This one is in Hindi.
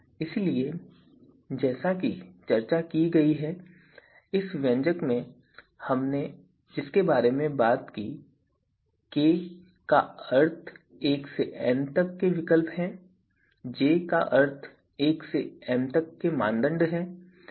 इसलिए जैसा कि चर्चा की गई है इस व्यंजक में जिसके बारे में हमने बात की k का अर्थ 1 से n तक के विकल्प हैं और j का अर्थ 1 से m तक के मानदंड हैं